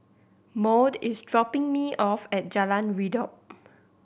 Maude is dropping me off at Jalan Redop